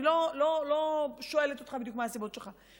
אני לא שואלת אותך בדיוק מה הסיבות שלך,